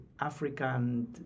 African